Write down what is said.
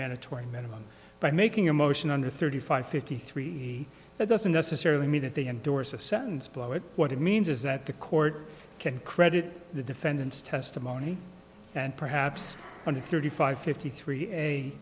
mandatory minimum by making a motion under thirty five fifty three that doesn't necessarily mean that they endorse a sentence below it what it means is that the court can credit the defendant's testimony and perhaps under thirty five fifty three